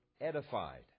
edified